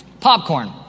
Popcorn